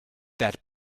that